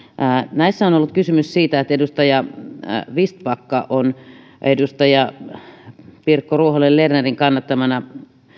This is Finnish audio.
näissä on ollut kysymys siitä että edustaja vistbacka on edustaja pirkko ruohonen lernerin kannattamana